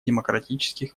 демократических